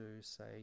say